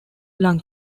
lung